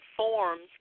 forms